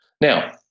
Now